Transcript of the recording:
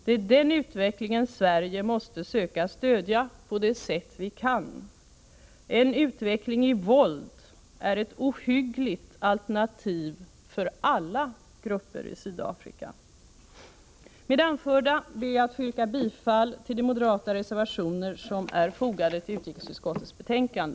Det är den utvecklingen Sverige måste söka stödja på det sätt vi kan. En utveckling i våld är ett ohyggligt alternativ för alla grupper i Sydafrika. Med det anförda ber jag att få yrka bifall till de moderata reservationer som är fogade till utrikesutskottets betänkande.